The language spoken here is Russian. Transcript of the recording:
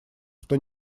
что